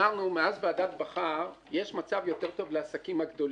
אמרנו מאז ועדת בכר יש מצב יותר טוב לעסקים הגדולים.